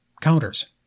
counters